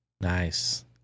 Nice